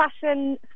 fashion